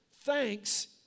thanks